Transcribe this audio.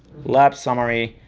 lap summary,